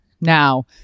now